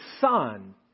son